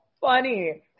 funny